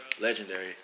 Legendary